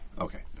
Okay